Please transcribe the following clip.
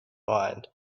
mind